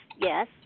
yes